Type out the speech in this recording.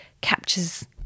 captures